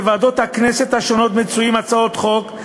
בוועדות הכנסת השונות מצויים הצעות חוק,